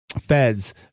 feds